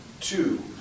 two